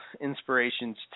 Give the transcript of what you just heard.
inspirations